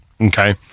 Okay